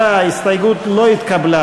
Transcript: סעיף 15, כהצעת הוועדה, נתקבל.